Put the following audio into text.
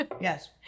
yes